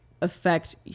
affect